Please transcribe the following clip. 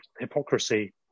hypocrisy